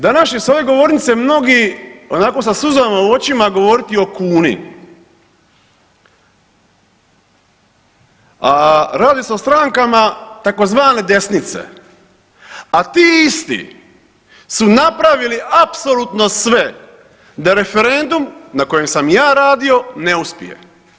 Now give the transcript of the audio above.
Danas će s ove govornice mnogi onako sa suzama u očima govoriti o kuni, a radi se o strankama tzv. desnice, a ti isti su napravili apsolutno sve da referendum na kojem sam ja radio ne uspije.